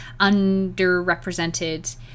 underrepresented